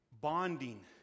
bonding